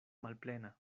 malplena